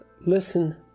listen